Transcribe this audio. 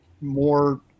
more